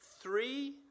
Three